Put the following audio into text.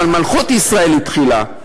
אבל מלכות ישראל התחילה.